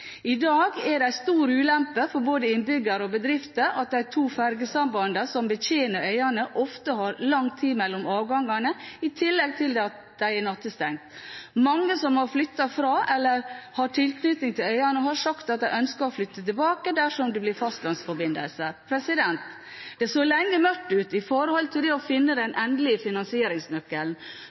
I dag er det en stor ulempe for både innbyggere og bedrifter at de to fergesambandene som betjener øyene, ofte har lang tid mellom avgangene, i tillegg til at de er nattestengt. Mange som har flyttet fra eller har tilknytning til øyene, har sagt at de ønsker å flytte tilbake dersom det blir fastlandsforbindelse. Det så lenge mørkt ut med hensyn til å finne den endelige finansieringsnøkkelen.